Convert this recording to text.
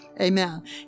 Amen